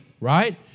right